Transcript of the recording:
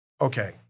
okay